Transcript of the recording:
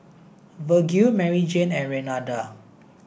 Virgil Maryjane and Renada